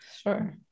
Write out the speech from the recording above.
Sure